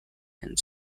and